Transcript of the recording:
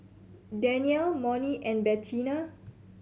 Danniel Monnie and Bettina